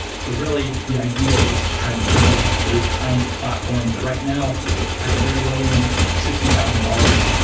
so really, the idea is to try to build those kinds of platforms that right now at the very low-end sixty thousand dollars,